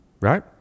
Right